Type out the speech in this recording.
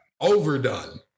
overdone